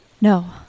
No